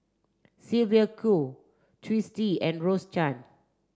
Sylvia Kho Twisstii and Rose Chan